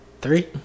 Three